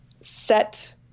set